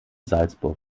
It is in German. salzburg